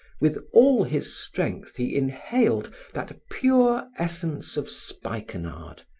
with all his strength he inhaled that pure essence of spikenard,